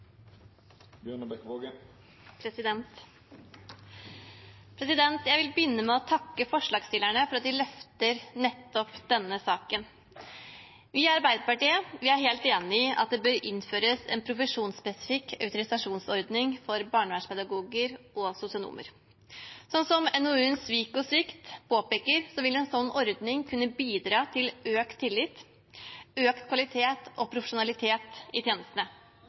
Jeg vil begynne med å takke forslagsstillerne for at de løfter nettopp denne saken. Vi i Arbeiderpartiet er helt enig i at det bør innføres en profesjonsspesifikk autorisasjonsordning for barnevernspedagoger og sosionomer. Som NOU-en Svikt og svik påpeker, vil en sånn ordning kunne bidra til økt tillit og økt kvalitet og profesjonalitet i tjenestene,